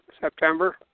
September